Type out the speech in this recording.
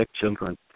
children